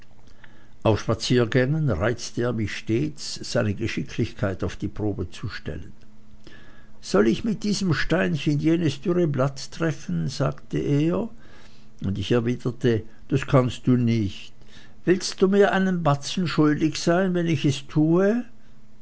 auf spaziergängen reizte er mich stets seine geschicklichkeit auf die probe zu stellen soll ich mit diesem steinchen jenes dürre blatt treffen sagte er und ich erwiderte das kannst du nicht willst du mir einen batzen schuldig sein wenn ich es tue